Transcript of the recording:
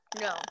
no